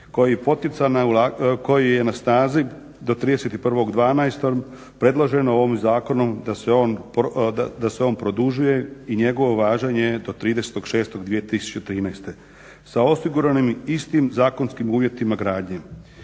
je na snazi do 31.12. predloženo je ovim zakonom da se on produžuje i njegovo važenje je do 30.06.2013. sa osiguranim istim zakonskim uvjetima gradnje.